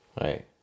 right